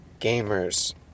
Gamers